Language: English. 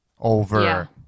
over